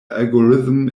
algorithm